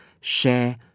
share